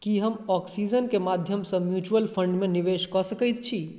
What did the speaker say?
की हम ऑक्सीजनके माध्यमसँ म्यूचुअल फण्डमे निवेश कऽ सकैत छी